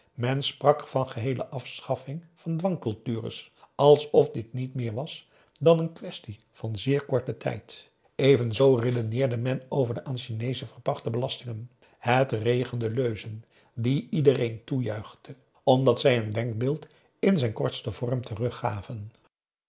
sprak van geheele afschaffing van dwangcultures alsof dit niet meer was dan een quaestie van zeer korten tijd evenzoo redeneerde men over de aan chineezen verpachte belastingen het regende leuzen die iedereen toejuichte omdat zij een denkbeeld in zijn kortsten vorm teruggaven